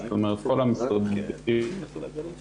זאת אומרת, כל המשרדים הרלוונטיים